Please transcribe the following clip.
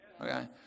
Okay